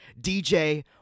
DJ